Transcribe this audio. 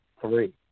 three